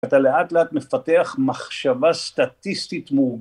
אתה לאט לאט מפתח מחשבה סטטיסטית מאורגנת.